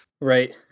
Right